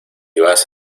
vas